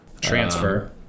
transfer